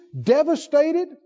devastated